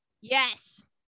Yes